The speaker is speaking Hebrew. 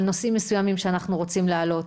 נושאים מסוימים שאנחנו רוצים להעלות.